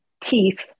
teeth